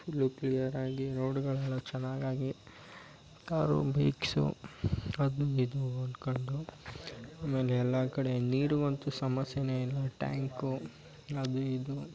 full ಕ್ಲಿಯರಾಗಿ ರೋಡುಗಳೆಲ್ಲ ಚೆನ್ನಾಗಾಗಿ ಕಾರು ಬೈಕ್ಸು ಅದು ಇದು ಅನ್ಕೊಂಡು ಆಮೇಲೆ ಎಲ್ಲ ಕಡೆ ನೀರು ಅಂತೂ ಸಮಸ್ಯೆಯೇ ಇಲ್ಲ ಟ್ಯಾಂಕು ಅದು ಇದು